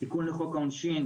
תיקון לחוק העונשין,